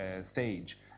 stage